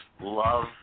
Love